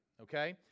okay